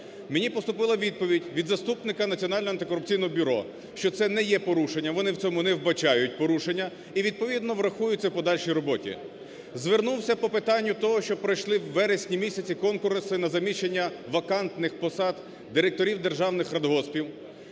Мені поступила відповідь від заступника Національного антикорупційного бюро, що це не є порушенням, вони в цьому не вбачають порушення і відповідно, врахують це в подальшій роботі. Звернувся по питанню того, що пройшли в вересні місяці конкурси на заміщення вакантних посад директорів державних радгоспів,